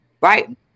right